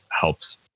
helps